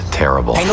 terrible